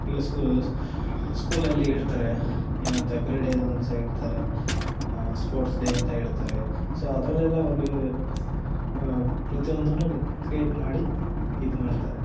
ಈಗ ಸ್ಕೂ ಸ್ಕೂಲಲ್ಲಿ ಇಡ್ತಾರೆ ಏನಂತ ಕ್ರೀಡೆಯದು ಒಂದು ದಿವಸ ಇಡ್ತಾರೆ ಸ್ಪೋರ್ಟ್ಸ್ ಡೇ ಅಂತ ಇಡ್ತಾರೆ ಸೊ ಅದರಲ್ಲೆಲ್ಲ ಅವರು ಪ್ರತಿಯೊಂದನ್ನೂ ಕ್ರಿಯೇಟ್ ಮಾಡಿ ಇದು ಮಾಡ್ತಾರೆ